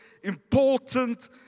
Important